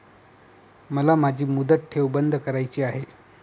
मला माझी मुदत ठेव बंद करायची आहे